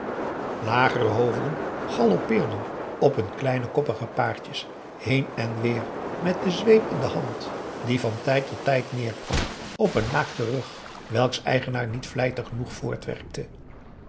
lagere hoofden galoppeerden op hun kleine koppige paardjes heen en weer met de zweep in de hand die van tijd tot tijd neerkwam op een naakten rug welks eigenaar niet vlijtig genoeg voortwerkte